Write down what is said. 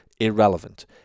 irrelevant